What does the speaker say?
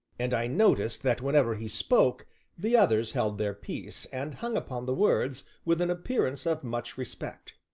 and i noticed that when ever he spoke the others held their peace, and hung upon the words with an appearance of much respect.